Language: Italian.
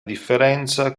differenza